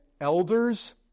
elders